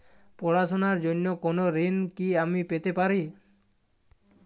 পড়াশোনা র জন্য কোনো ঋণ কি আমি পেতে পারি?